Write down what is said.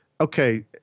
okay